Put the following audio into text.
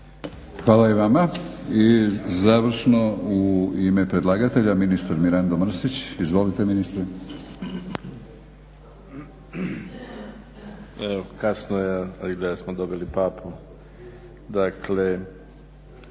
Hvala i vama. I završno u ime predlagatelja ministar Mirando Mrsić. Izvolite ministre.